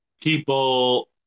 people